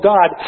God